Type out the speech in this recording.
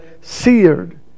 seared